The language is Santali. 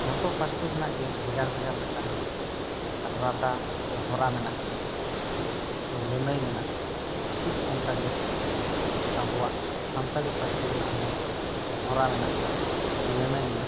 ᱡᱷᱚᱛᱚ ᱯᱟᱹᱨᱥᱤ ᱨᱮᱱᱟᱜ ᱜᱮ ᱵᱷᱮᱜᱟᱨ ᱵᱷᱮᱜᱟᱨ ᱢᱤᱫᱴᱟᱝ ᱨᱟᱫᱟ ᱥᱮ ᱦᱚᱨᱟ ᱢᱮᱱᱟᱜ ᱟᱠᱟᱫᱟ ᱥᱮ ᱞᱟᱹᱱᱟᱹᱭ ᱢᱮᱱᱟᱜ ᱟᱠᱟᱫᱟ ᱥᱮ ᱴᱷᱤᱠ ᱚᱱᱠᱟ ᱜᱮ ᱟᱵᱚᱣᱟᱜ ᱥᱟᱱᱛᱟᱲᱤ ᱯᱟᱹᱨᱥᱤ ᱨᱮᱱᱟᱜ ᱦᱚᱸ ᱦᱚᱨᱟ ᱢᱮᱱᱟᱜ ᱟᱠᱟᱫᱟ ᱞᱟᱹᱱᱟᱹᱭ ᱢᱮᱱᱟᱜ ᱟᱠᱟᱫᱟ